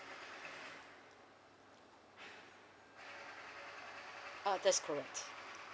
uh that's correct